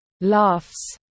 laughs